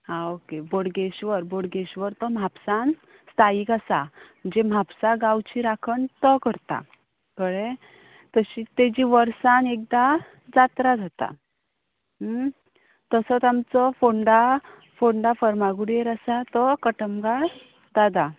हा ओके बोडगेश्वर बोडगेश्वर तो म्हापसान स्थायीक आसा जी म्हापसा गांवची राखण तो करता कळ्ळें तशीत तेजी वर्सान एकदां जात्रा जाता तसोच आमचो फोंडा फोंडा फर्मागुडीर आसा तो कटमगाळ दादा